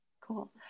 Cool